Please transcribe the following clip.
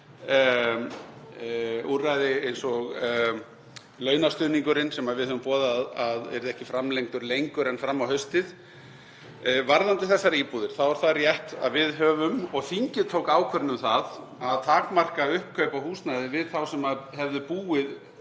úrræði eins og launastuðningurinn sem við höfum boðað að verði ekki framlengdur lengur en fram á haustið. Varðandi þessar íbúðir þá er það rétt að við höfum verið og þingið tók ákvörðun um að takmarka uppkaup á húsnæði við þá sem höfðu búið